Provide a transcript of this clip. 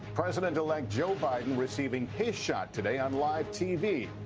president-elect joe biden receiving his shot today on live tv.